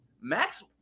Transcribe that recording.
Max